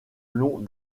long